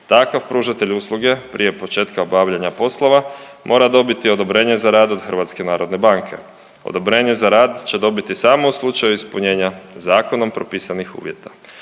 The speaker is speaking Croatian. Takav pružatelj usluge prije početka obavljanja poslova mora dobiti odobrenje za rad od HNB. Odobrenje za rad će dobiti samo u slučaju ispunjenja zakonom propisanih uvjeta.